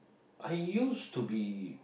I used to be